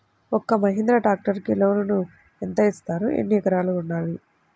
ఒక్క మహీంద్రా ట్రాక్టర్కి లోనును యెంత ఇస్తారు? ఎన్ని ఎకరాలు ఉండాలి?